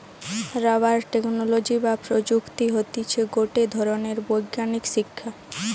rubber technology বা প্রযুক্তি হতিছে গটে ধরণের বৈজ্ঞানিক শিক্ষা